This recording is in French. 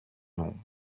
non